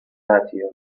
mateo